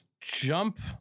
jump